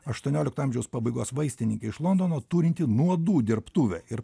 aštuoniolikto amžiaus pabaigos vaistininkė iš londono turinti nuodų dirbtuvę ir